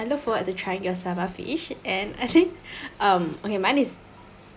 I look forward to trying your saba fish and I think um okay mine is